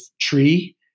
tree